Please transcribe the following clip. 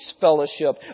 fellowship